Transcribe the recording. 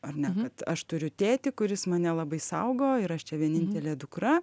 ar ne kad aš turiu tėtį kuris mane labai saugo ir aš čia vienintelė dukra